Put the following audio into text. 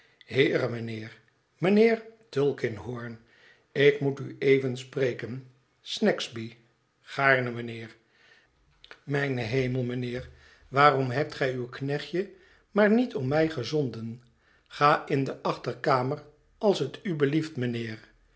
heere mijnheer mijnheer tulkinghorn ik moet u even spreken snagsby gaarne mijnheer mijn hemel mijnheer waarom hebt gij uw knechtje maar niet om mij gezonden ga in de achterkamer als het u belieft mijnheer